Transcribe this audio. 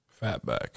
Fatback